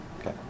Okay